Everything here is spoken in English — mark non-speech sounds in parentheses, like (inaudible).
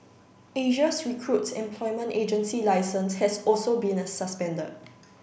Asia's Recruit's employment agency licence has also been (unintelligible) suspended